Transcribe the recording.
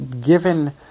given